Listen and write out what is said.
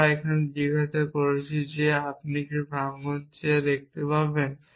আমরা এখানে জিজ্ঞাসা করছি যে আপনি কি প্রাঙ্গন থেকে দেখতে পাবেন